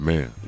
Man